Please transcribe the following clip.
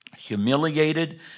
humiliated